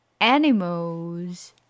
Animals